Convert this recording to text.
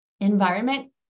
environment